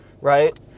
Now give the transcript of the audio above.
right